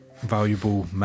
valuable